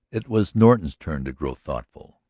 it was norton's turn to grow thoughtful.